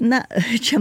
na a čia